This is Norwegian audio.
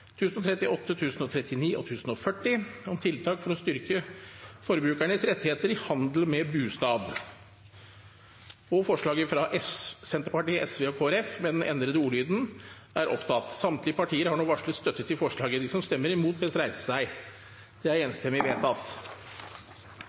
1038, 1039 og 1040, om tiltak for å styrke forbrukernes rettigheter i handel med bustad.» Samtlige partier har nå varslet støtte til forslaget. Under debatten er det satt frem i alt to forslag. Det er